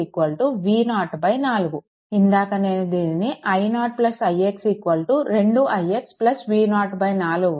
ఇందాక నేను దీనిని i0 ix 2ix V0 4గా వ్రాసాను